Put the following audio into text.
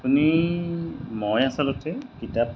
আপুনি মই আচলতে কিতাপ